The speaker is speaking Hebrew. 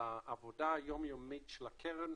לעבודה היום יומית של הקרן,